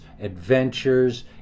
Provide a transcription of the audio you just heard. adventures